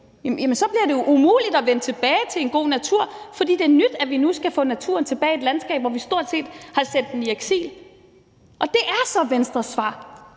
Jamen så bliver det jo umuligt at vende tilbage til en god natur, fordi det er nyt, at vi nu skal få naturen tilbage i et landskab, hvor vi stort set har sendt den i eksil. Og det er så Venstres svar